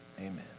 Amen